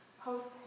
post